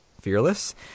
Fearless